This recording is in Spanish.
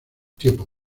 tiempo